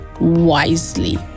wisely